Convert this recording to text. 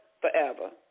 Forever